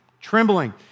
trembling